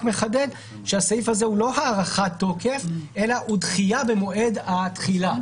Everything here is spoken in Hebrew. מחדד שהסעיף הזה לא הארכת תוקף אלא דחייה במועד התחילה.